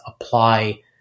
apply